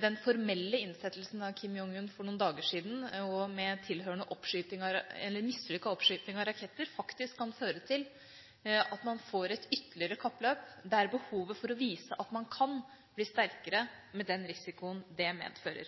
den formelle innsettelsen av Kim Jong-un for noen dager siden, med tilhørende mislykket oppskyting av raketter, kan føre til at man får et ytterligere kappløp, der behovet for å vise at man kan, blir sterkere – med den risikoen det medfører.